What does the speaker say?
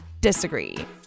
disagree